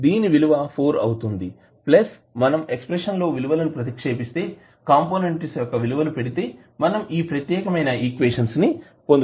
దీని విలువ 4 అవుతుంది ప్లస్ మనం ఎక్స్ప్రెషన్ లో విలువలు ప్రతిక్షేపిస్తే కాంపోనెంట్స్ యొక్క విలువలు పెడితే మనం ఈ ప్రత్యేకమైన ఈక్వేషన్ ని పొందుతాము